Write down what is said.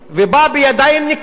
ובא בידיים נקיות,